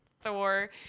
Thor